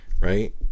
right